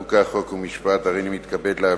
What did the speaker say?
אנחנו עוברים לרגע